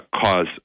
cause